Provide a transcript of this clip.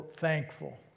thankful